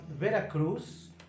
Veracruz